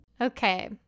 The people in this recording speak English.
okay